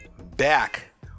back